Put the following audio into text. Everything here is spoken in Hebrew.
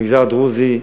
במגזר הדרוזי,